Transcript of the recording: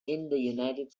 united